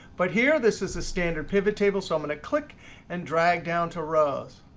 but here, this is a standard pivot table. so i'm going to click and drag down to rows.